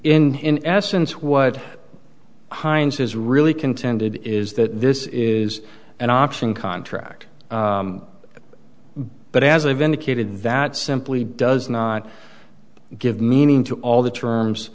in essence what hines is really contended is that this is an option contract but as i've indicated that simply does not give meaning to all the terms